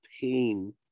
pain